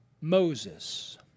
Moses